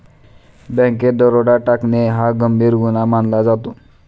बँकेत दरोडा टाकणे हा गंभीर गुन्हा मानला जातो